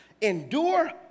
Endure